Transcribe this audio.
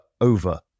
over